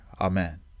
Amen